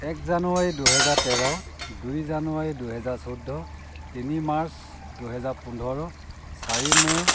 এক জানুৱাৰী দুহেজাৰ তেৰ দুই জানুৱাৰী দুহেজাৰ চৈধ্য তিনি মাৰ্চ দুহেজাৰ পোন্ধৰ চাৰি মে'